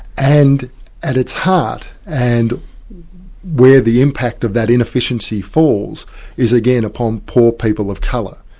and at its heart, and where the impact of that inefficiency falls is again upon poor people of colour.